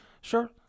sure